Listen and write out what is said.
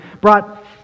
brought